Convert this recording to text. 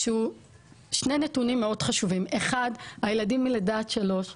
שזה הדבר היחידי שלא